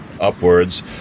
upwards